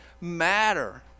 matter